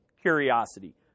curiosity